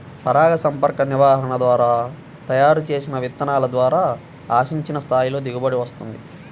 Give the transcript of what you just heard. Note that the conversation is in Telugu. పరాగసంపర్క నిర్వహణ ద్వారా తయారు చేసిన విత్తనాల ద్వారా ఆశించిన స్థాయిలో దిగుబడి వస్తుంది